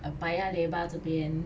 paya lebar 这边